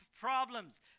problems